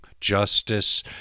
justice